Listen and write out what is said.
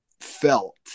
felt